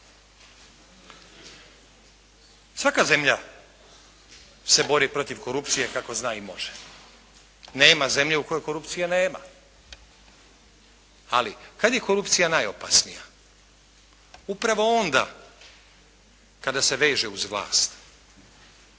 Svaka zemlja se bori protiv korupcije kako zna i može. Nema zemlje u kojoj korupcije nema. Ali, kad je korupcija najopasnija? Upravo onda kada se veže uz vlast,